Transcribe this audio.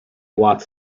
walk